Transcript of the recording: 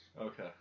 Okay